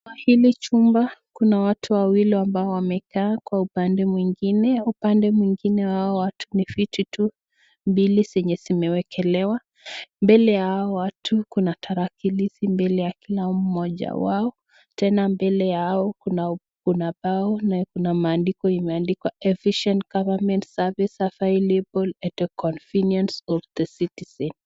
Kwa hili chumba, kuna watu wawili ambao wamekaa kwa upande mwingine. Upande mwingine wao, watu ni fiti tu mbili zenye zimewekelewa. Mbele ya hao watu, kuna tarakilishi mbele ya kila mmoja wao. Tena mbele ya hao, kuna bao na kuna maandiko imeandikwa efficient government service available at a convenience of the citizen .